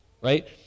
right